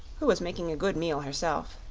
who was making a good meal herself.